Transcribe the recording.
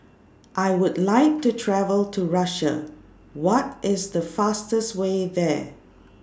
I Would like to travel to Russia What IS The fastest Way There